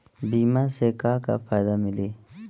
बीमा से का का फायदा मिली?